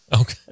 Okay